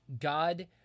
God